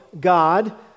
God